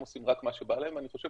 הם עושים רק מה שבא להם ואני חושב